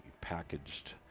packaged